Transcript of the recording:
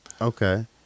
Okay